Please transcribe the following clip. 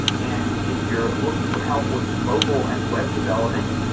and if you're looking for help with mobile and web development,